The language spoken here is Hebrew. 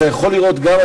אתה יכול לראות גם,